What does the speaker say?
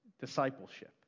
discipleship